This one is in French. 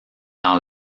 dans